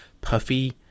puffy